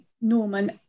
Norman